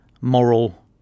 moral